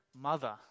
mother